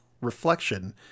reflection